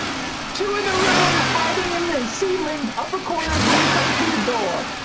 two in the room hiding in the ceiling upper corners when you come through the door!